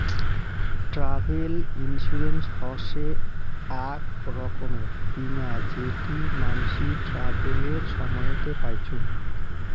travel insurance হসে আক রকমের বীমা যেটি মানসি ট্রাভেলের সময়তে পাইচুঙ